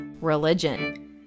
Religion